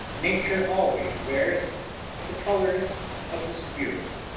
nature always wears the colors of the spirit.